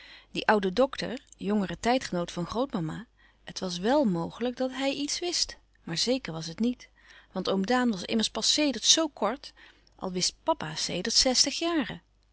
die oude dokter jongere tijdgenoot van grootmama het was wel mogelijk dat hij iets wist maar zeker was het niet want oom daan wist immers pas sedert zoo kort al wist papa sedert zestig jaren